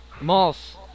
Moss